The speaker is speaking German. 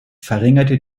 verringerte